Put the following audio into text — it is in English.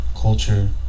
culture